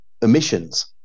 emissions